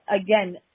again